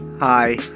Hi